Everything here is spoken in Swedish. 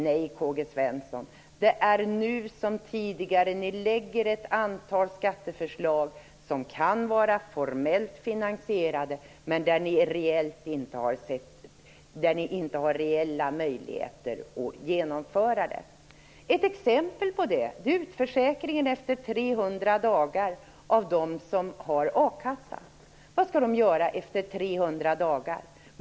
Nej, K-G Svenson, det är nu som tidigare att ni lägger fram ett antal skatteförslag som kan vara formellt finansierade, men som ni inte har reella möjligheter att genomföra. Ett exempel på det är utförsäkringen efter 300 dagar av dem som har a-kassa. Vad skall de göra efter 300 dagar?